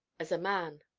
as a man.